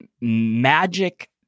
magic